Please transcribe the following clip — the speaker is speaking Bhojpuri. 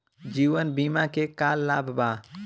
जीवन बीमा के का लाभ बा?